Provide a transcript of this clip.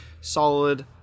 solid